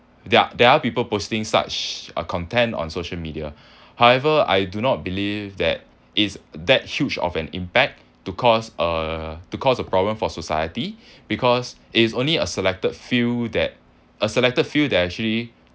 there there are people posting such uh content on social media however I do not believe that it's that huge of an impact to cause uh to cause a problem for society because it's only a selected few that a selected few that actually